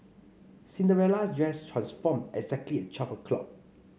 Cinderella's dress transformed exactly at twelve o'clock